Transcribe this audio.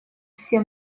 все